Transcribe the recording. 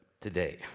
today